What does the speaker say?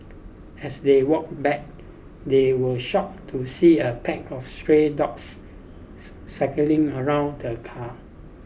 as they walked back they were shocked to see a pack of stray dogs circling around the car